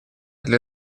для